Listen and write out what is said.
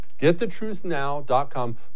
Getthetruthnow.com